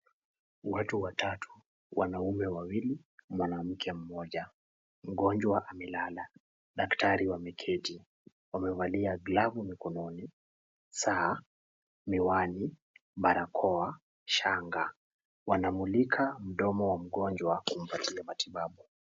Watu watatu, wanaume wawili mwanamke mmoja. Mgonjwa amelala, daktari wameketi, wamevalia glavu mikononi, saa, miwani, barakoa, shanga. Wanamulika mdomo wa mgonjwa kumpatia matibabu.